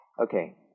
Okay